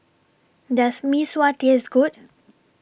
Does Mee Sua Taste Good